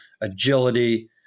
Agility